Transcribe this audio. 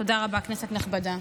תודה רבה, כנסת נכבדה.